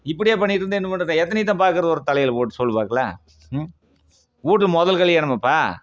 இப்படியே பண்ணிகிட்ருந்தா என்ன பண்ணுறது எத்தனைய தான் பார்க்குறது ஒரு தலையில் போட்டு சொல்லு பார்க்கலாம் ம் வீட்டு முதல் கல்யாணமப்பா